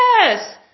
Yes